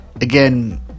Again